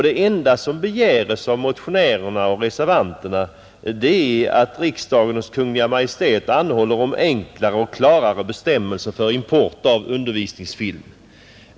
Det enda som begärs av motionärerna och reservanterna är att riksdagen hos Kungl. Maj:t anhåller om enklare och klarare bestämmelser för import av undervisningsfilm.